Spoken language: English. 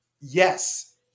Yes